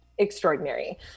Extraordinary